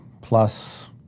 plus